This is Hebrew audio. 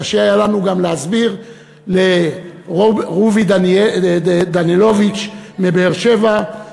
קשה היה לנו גם להסביר לרוביק דנילוביץ מבאר-שבע,